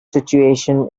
situation